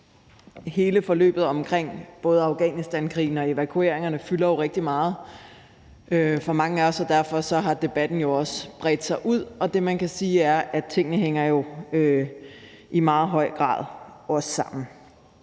men hele forløbet omkring både Afghanistankrigen og evakueringerne fylder jo rigtig meget for mange af os, og derfor har debatten jo også bredt sig ud, og det, man kan sige, er, at tingene jo i meget høj grad også hænger